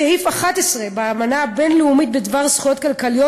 סעיף 11 באמנה הבין-לאומית בדבר זכויות כלכליות,